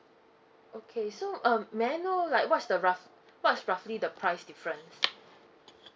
okay so um may I know like what's the rough what's roughly the price difference